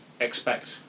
expect